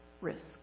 risk